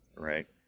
Right